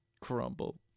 crumble